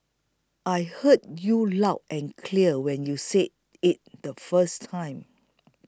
I heard you loud and clear when you said it the first time